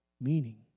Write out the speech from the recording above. meaning